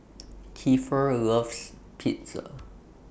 Kiefer loves Pizza